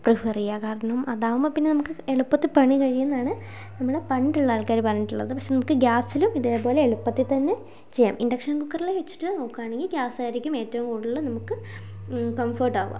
prefer ചെയ്യുക കാരണം അതാകുമ്പോൾ പിന്നെ നമുക്ക് എളുപ്പത്തിൽ പണി കഴിയും എന്നാണ് നമ്മുടെ പണ്ടുള്ള ആൾക്കാർ പറഞ്ഞിട്ടുള്ളത് പക്ഷെ നമുക്ക് ഇത് ഗ്യാസിലും ഇതേപോലെ എളുപ്പത്തിൽത്തന്നെ ചെയ്യാം ഇന്റക്ഷൻ കുക്കറിൽ വച്ചിട്ട് നോക്കുകയാണെങ്കിൽ ഗ്യാസ് ആയിരിക്കും ഏറ്റവും കൂടുതൽ നമുക്ക് കംഫേർട്ട് ആവുക